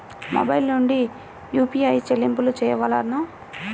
Mobile నుండే UPI చెల్లింపులు చేయవలెనా?